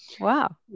Wow